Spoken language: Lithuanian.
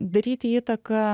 daryti įtaką